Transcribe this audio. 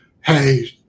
hey